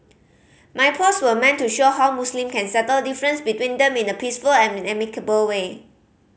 my post were meant to show how Muslim can settle difference between them in a peaceful and amicable way